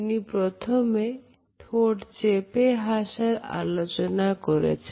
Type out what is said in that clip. তিনি প্রথমে ঠোঁট চেপে হাসার আলোচনা করেছেন